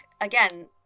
again